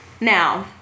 Now